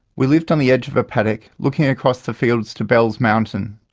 we lived on the edge of a paddock looking across the fields to bell's mountain.